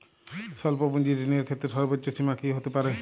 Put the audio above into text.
স্বল্প পুঁজির ঋণের ক্ষেত্রে সর্ব্বোচ্চ সীমা কী হতে পারে?